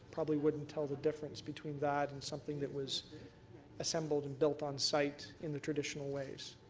probably wouldn't tell the difference between that and something that was assembled and built on site in the traditional ways.